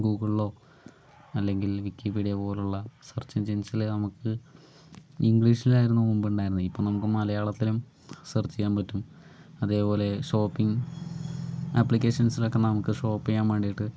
ഗൂഗ്ൾളോ അല്ലെങ്കിൽ വിക്കിപീഡിയ പോലുള്ള സെർച്ച് എൻജിൻസില് നമുക്ക് ഇംഗ്ലീഷിലായിരുന്നു മുമ്പുണ്ടായിരുന്നത് ഇപ്പോൾ നമുക്ക് മലയാളത്തിലും സെർച്ച് ചെയ്യാൻ പറ്റും അതേപോലെ ഷോപ്പിംഗ് ആപ്ലിക്കേഷൻസിലൊക്കെ നമുക്ക് ഷോപ്പ് ചെയ്യാൻ വേണ്ടീട്ട്